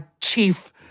chief